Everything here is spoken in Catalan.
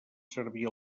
servir